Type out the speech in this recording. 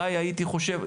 כי,